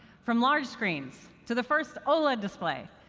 from large screens to the first oled display.